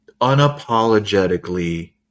unapologetically